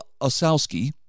Osowski